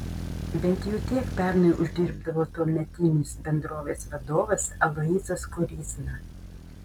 bent jau tiek pernai uždirbdavo tuometinis bendrovės vadovas aloyzas koryzna